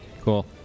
Cool